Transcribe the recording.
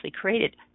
created